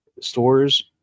stores